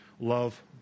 love